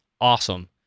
awesome